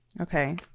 Okay